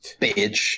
Bitch